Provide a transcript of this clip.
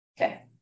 Okay